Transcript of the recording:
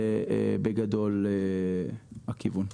זה בגדול הכיוון.